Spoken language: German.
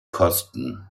kosten